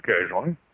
occasionally